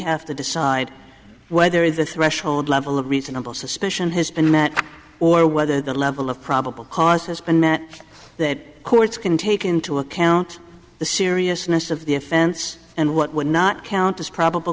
have to decide whether the threshold level of reasonable suspicion has been met or whether the level of probable cause has been met that courts can take into account the seriousness of the offense and what would not count as probable